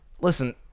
listen